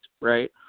right